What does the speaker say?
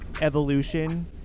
evolution